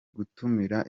gutumira